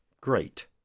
great